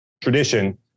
tradition